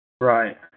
Right